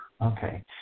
Okay